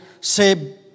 say